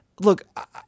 look